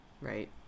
Right